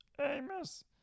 Amos